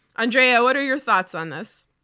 andrea, what are your thoughts on this?